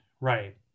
Right